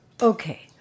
Okay